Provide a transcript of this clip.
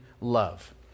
love